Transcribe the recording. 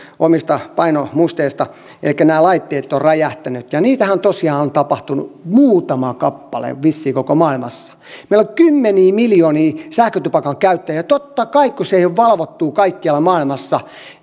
omasta painomusteesta että nämä laitteet ovat räjähtäneet ja niitähän on tosiaan tapahtunut muutama kappale vissiin koko maailmassa meillä on kymmeniä miljoonia sähkötupakan käyttäjiä ja totta kai kun se ei ole valvottua kaikkialla maailmassa